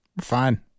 fine